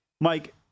Mike